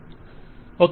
vendor okay